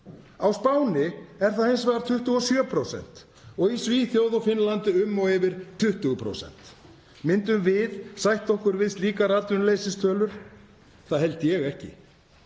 á Spáni er það tæp 27% og í Svíþjóð og Finnlandi um og yfir 20%. Myndum við sætta okkur við slíkar atvinnuleysistölur? Það held ég ekki.